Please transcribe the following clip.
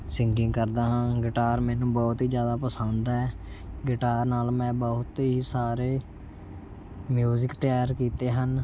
singing ਕਰਦਾ ਹਾਂ guitar ਮੈਨੂੰ ਬਹੁਤ ਹੀ ਜ਼ਿਆਦਾ ਪਸੰਦ ਹੈ ਗਿਟਾਰ ਨਾਲ ਮੈਂ ਬਹੁਤ ਹੀ ਸਾਰੇ ਮਿਊਜ਼ਿਕ ਤਿਆਰ ਕੀਤੇ ਹਨ